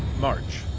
march,